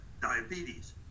diabetes